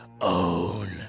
own